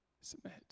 submit